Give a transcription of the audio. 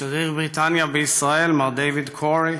שגריר בריטניה בישראל מר דייוויד קוורי,